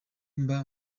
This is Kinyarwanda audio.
mba